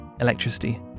electricity